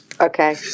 okay